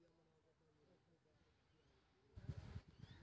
हमरा ट्रैक्टर खरदे के लेल सरकार कतेक सब्सीडी देते?